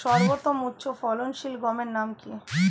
সর্বতম উচ্চ ফলনশীল গমের নাম কি?